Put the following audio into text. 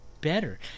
better